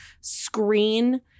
screen